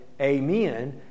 Amen